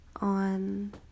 on